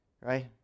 right